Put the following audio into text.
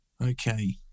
okay